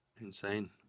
Insane